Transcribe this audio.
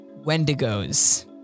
Wendigos